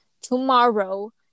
tomorrow